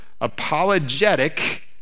apologetic